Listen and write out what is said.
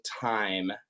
time